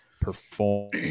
perform